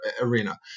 arena